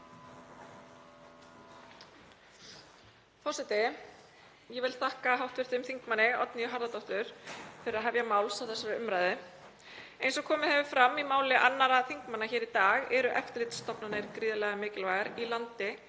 forseti. Ég vil þakka hv. þm. Oddnýju Harðardóttur fyrir að hefja máls á þessari umræðu. Eins og komið hefur fram í máli annarra þingmanna hér í dag eru eftirlitsstofnanir gríðarlega mikilvægar í landi